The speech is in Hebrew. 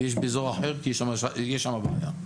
ויש באזור אחר כי יש שם בעיה.